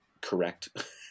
correct